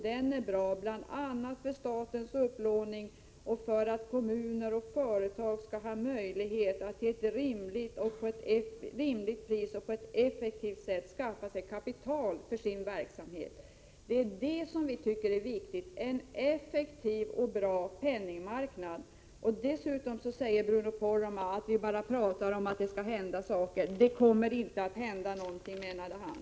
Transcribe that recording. Den är bra bl.a. för statens upplåning och för att kommuner och företag skall ha möjlighet att till ett rimligt pris och på ett effektivt sätt skaffa sig kapital för sin verksamhet. Vi tycker att det är viktigt med en effektiv och bra penningmarknad. Dessutom säger Bruno Poromaa att vi bara pratar om att det skall hända saker. Det kommer inte att hända någonting, menade han.